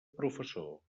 professor